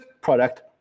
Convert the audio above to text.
product